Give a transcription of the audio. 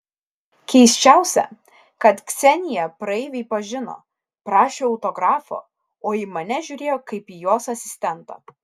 keisčiausia kad kseniją praeiviai pažino prašė autografo o į mane žiūrėjo kaip į jos asistentą